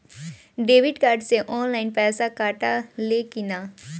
Debit card से online पैसा कटा ले कि ना?